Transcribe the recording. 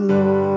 Lord